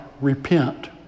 Repent